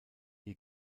ihr